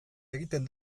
egiten